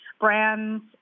brands